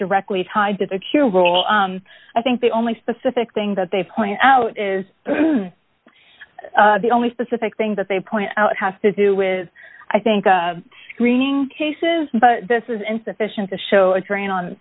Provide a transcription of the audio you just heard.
directly tied to secure role i think the only specific thing that they point out is the only specific thing that they point out has to do with i think a screening cases but this is insufficient to show a drain on